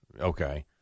Okay